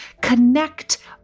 connect